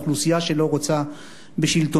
אוכלוסייה שלא רוצה בשלטונה.